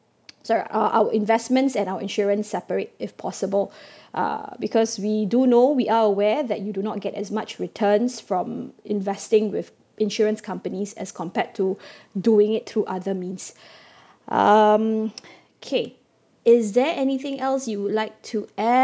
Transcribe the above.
sorry uh our investments and our insurance separate if possible uh because we do know we are aware that you do not get as much returns from investing with insurance companies as compared to doing it through other means um okay is there anything else you would like to add